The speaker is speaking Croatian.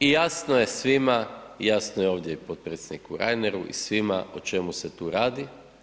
I jasno je svima i jasno je ovdje i potpredsjedniku Reineru i svima o čemu se tu radi.